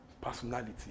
Personality